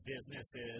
businesses